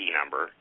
number